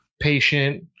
patient